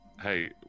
Hey